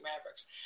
Mavericks